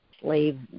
slave